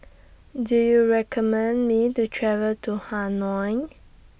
Do YOU recommend Me to travel to Hanoi